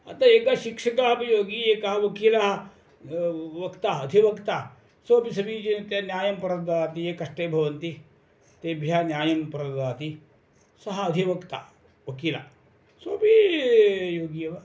अतः एकः शिक्षकः अपि योगी एकः वकीलः वक्ता अधिवक्ता सोपि समीचीनतया न्यायं प्रददाति ये कष्टे भवन्ति तेभ्यः न्यायं प्रददाति सः अधिवक्ता वकीला सोपी योगी एव